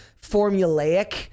formulaic